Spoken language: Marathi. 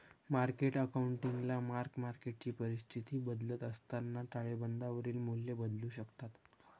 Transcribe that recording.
मार्केट अकाउंटिंगला मार्क मार्केटची परिस्थिती बदलत असताना ताळेबंदावरील मूल्ये बदलू शकतात